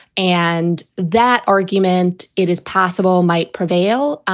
and that argument. it is possible, might prevail.